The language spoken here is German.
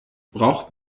braucht